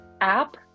app